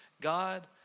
God